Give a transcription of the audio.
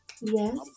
yes